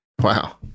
Wow